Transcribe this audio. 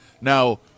Now